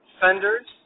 fenders